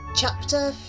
Chapter